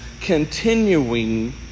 continuing